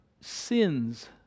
sins